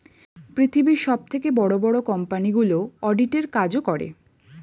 পৃথিবীর সবথেকে বড় বড় কোম্পানিগুলো অডিট এর কাজও করে